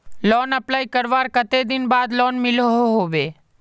Loan apply करवार कते दिन बाद लोन मिलोहो होबे?